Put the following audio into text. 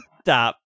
Stop